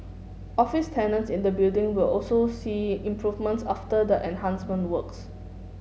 office tenants in the building will also see improvements after the enhancement works